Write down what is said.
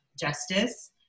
justice